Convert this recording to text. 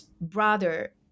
brother